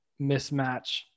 mismatch